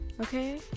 okay